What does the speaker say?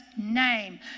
name